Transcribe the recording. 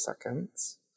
seconds